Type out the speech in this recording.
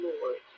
Lord